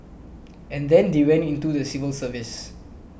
and then they went into the civil service